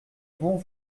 bon